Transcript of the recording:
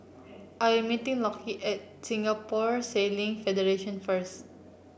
I am meeting Lockie at Singapore Sailing Federation first